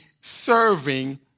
serving